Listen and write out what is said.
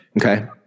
Okay